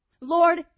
Lord